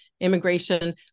immigration